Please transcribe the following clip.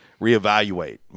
reevaluate